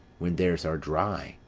when theirs are dry,